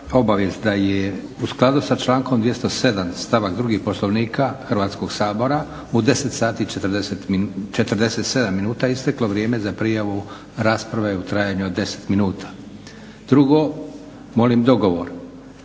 obavijest da je u skladu sa člankom 207.stavak 2. Poslovnika Hrvatskog sabora u 10,47 minuta isteklo vrijeme za prijavu rasprave u trajanju od 10 minuta. Drugo, molim dogovor